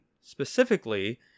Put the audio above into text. Specifically